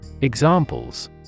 Examples